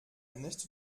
nächste